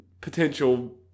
potential